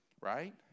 Right